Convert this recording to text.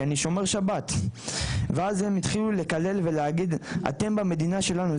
כי אני שומר שבת ואז הם התחילו לקלל ולהגיד "אתם במדינה שלנו",